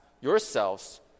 yourselves